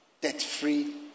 debt-free